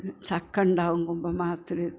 ചക്ക ഉണ്ടാവും കുംഭ മാസത്തില്